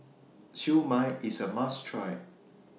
Siew Mai IS A must Try